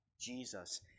Jesus